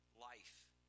life